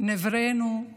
שנבראנו